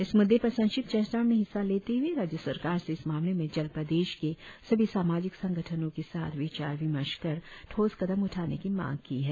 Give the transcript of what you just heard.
इस मुद्दे पर संक्षिप्त चर्चा में हिस्सा लेते हुए राज्य सरकार से इस मामले में जल्द प्रदेश के सभी सामाजिक संगठनों के साथ विचार विमर्श कर ठोस कदम उठाने की मांग की है